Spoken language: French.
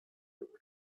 heureux